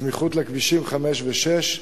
סמיכות לכבישים 5 ו-6,